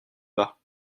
bas